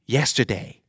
Yesterday